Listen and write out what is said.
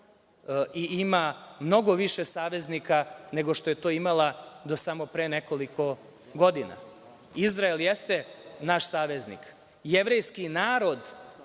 i ima mnogo više saveznika, nego što je to imala do samo pre nekoliko godina. Izrael jeste naš saveznik. Jevrejski narod